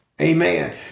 amen